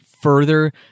further